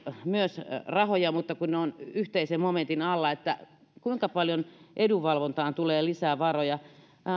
myös rahoja mutta kun ne ovat yhteisen momentin alla niin kuinka paljon edunvalvontaan tulee lisää varoja